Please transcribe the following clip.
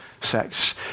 sex